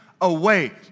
away